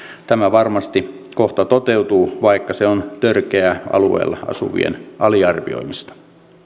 tämä varmasti kohta toteutuu vaikka se on törkeää alueella asuvien aliarvioimista